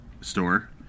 store